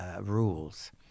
rules